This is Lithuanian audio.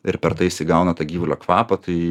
ir per tai jis įgauna tą gyvulio kvapą tai